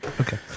Okay